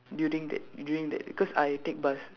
during that during that cause I take bus